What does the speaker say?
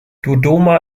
dodoma